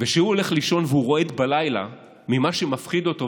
וכשהוא הולך לישון והוא רועד בלילה ממה שמפחיד אותו,